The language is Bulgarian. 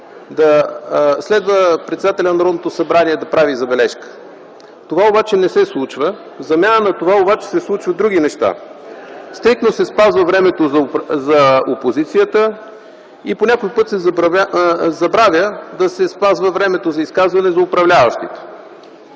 следва председателят на Народното събрание да прави забележка. Това обаче не се случва. В замяна на това обаче се случват други неща – стриктно се спазва времето за опозицията и някой път се забравя да се спазва времето за изказване за управляващите.